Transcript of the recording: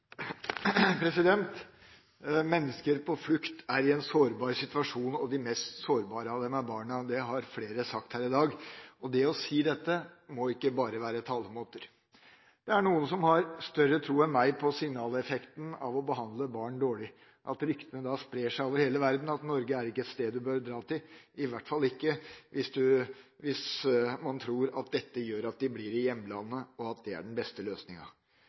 den. Mennesker på flukt er i en sårbar situasjon, og de mest sårbare av dem er barna. Det har flere sagt her i dag. Det å si dette må ikke bare være talemåter. Det er noen som har større tro enn meg på signaleffekten av å behandle barn dårlig – at ryktene da sprer seg over hele verden om at Norge ikke er et sted man bør dra til, i hvert fall ikke hvis man tror at dette gjør at de blir i hjemlandet, og at det er den beste løsninga.